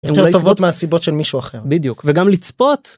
יותר טובות מהסיבות של מישהו אחר. בדיוק. וגם לצפות,